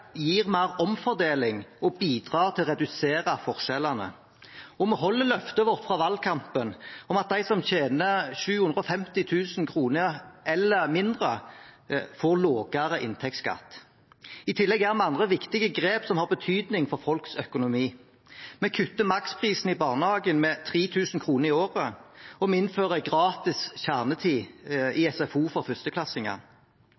gir mer omfordeling og bidrar til å redusere forskjellene. Vi holder løftet vårt fra valgkampen om at de som tjener 750 000 kr eller mindre, får lavere inntektsskatt. I tillegg gjør vi andre viktige grep som har betydning for folks økonomi. Vi kutter maksprisen i barnehagen med 3 000 kr i året, og vi innfører gratis kjernetid